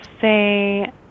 say